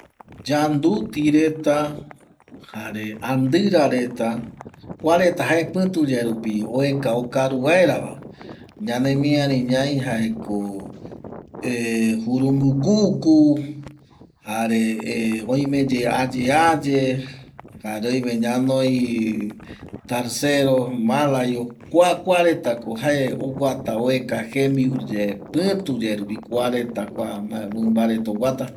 Yanduti reta jare andira reta kua reta jae pituyae rupi oeka okaru vaerava ñanemiari ñai jaeko jurumbukuku jare oimeye aye aye jare oime ñanoi tarcero malayu kua kua retako jae oguata oeka jembiu yae pituyae rupi kua mimba reta oguata